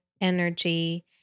energy